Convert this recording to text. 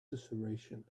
susurration